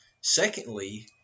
Secondly